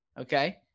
Okay